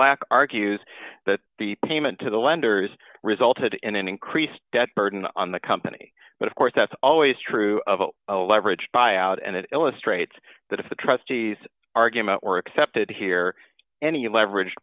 lacker argues that the payment to the lenders resulted in an increased debt burden on the company but of course that's always true of a leveraged buyout and it illustrates that if the trustees argument were accepted here any leverage